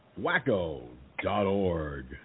wacko.org